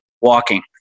walking